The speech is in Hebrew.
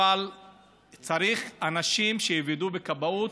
צריך אנשים שיעבדו בכבאות,